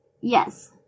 Yes